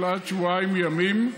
של עד שבועיים ימים,